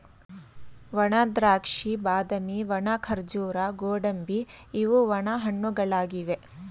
ಒಣದ್ರಾಕ್ಷಿ, ಬಾದಾಮಿ, ಒಣ ಖರ್ಜೂರ, ಗೋಡಂಬಿ ಇವು ಒಣ ಹಣ್ಣುಗಳಾಗಿವೆ